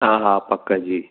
हा हा पक जी